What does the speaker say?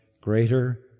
greater